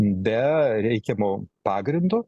be reikiamo pagrindo